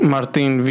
Martin